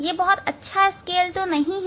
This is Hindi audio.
यह स्केल अच्छा नहीं है